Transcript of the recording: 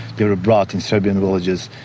they were brought in serbian villages.